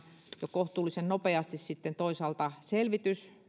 jo kohtuullisen nopeasti sitten toisaalta selvitys